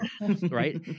Right